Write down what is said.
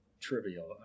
trivial